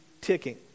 ticking